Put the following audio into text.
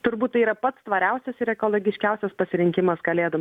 turbūt tai yra pats tvariausias ir ekologiškiausias pasirinkimas kalėdom